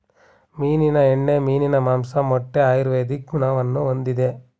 ಮೀನಿನ ಎಣ್ಣೆ, ಮೀನಿನ ಮಾಂಸ, ಮೊಟ್ಟೆ ಆಯುರ್ವೇದಿಕ್ ಗುಣವನ್ನು ಹೊಂದಿದೆ